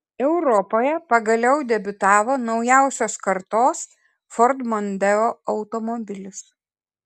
europoje pagaliau debiutavo naujausios kartos ford mondeo automobilis